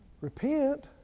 Repent